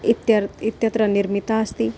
इत्यर्थः इत्यत्र निर्मिता अस्ति